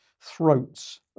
throats